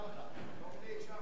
אורלי, יישר כוח.